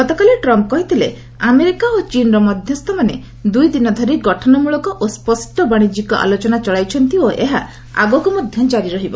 ଗତକାଲି ଟ୍ରମ୍ପ୍ କହିଥିଲେ ଆମେରିକା ଓ ଚୀନ୍ର ମଧ୍ୟସ୍ଥମାନେ ଦୁଇ ଦିନ ଧରି ଗଠନମୂଳକ ଓ ସ୍ୱଷ୍ଟ ବାଣିଜ୍ୟିକ ଆଲୋଚନା ଚଳାଇଛନ୍ତି ଓ ଏହା ଆଗକୁ ମଧ୍ୟ ଜାରି ରହିବ